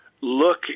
look